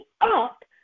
up